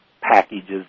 packages